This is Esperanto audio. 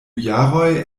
jaroj